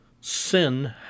Sin